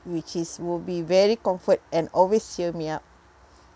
which is will be very comfort and always cheer me up